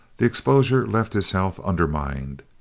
the exposure left his health undermined.